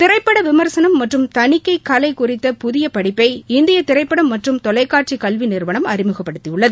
திரைப்பட விமர்சனம் மற்றும் தணிக்கை கலை குறித்த புதிய படிப்பை இந்திய திரைப்படம் மற்றும் தொலைக்காட்சி கல்வி நிறுவனம் அறிமுகப்படுத்தியுள்ளது